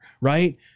right